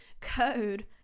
code